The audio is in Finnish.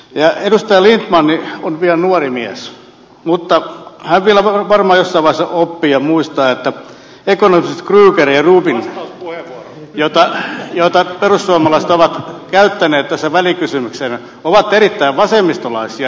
edustaja lindtman on vielä nuori mies mutta hän vielä varmaan jossain vaiheessa oppii ja muistaa että ekonomistit krugman ja roubini joita perussuomalaiset ovat käyttäneet tässä välikysymyksessä ovat erittäin vasemmistolaisia ekonomisteja